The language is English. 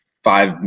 five